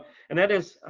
and that is, ah